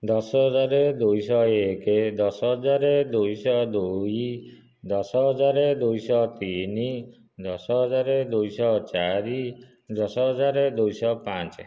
ଦଶ ହଜାର ଦୁଇଶହ ଏକ ଦଶ ହଜାର ଦୁଇଶହ ଦୁଇଦଶ ହଜାର ଦୁଇଶହ ତିନି ଦଶ ହଜାର ଦୁଇଶହ ଚାରି ଦଶ ହଜାର ଦୁଇଶହ ପାଞ୍ଚ